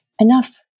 enough